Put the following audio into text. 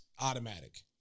automatic